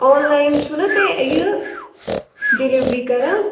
آن line چھُنا تُہۍ یہِ ڈیِلِوری کَران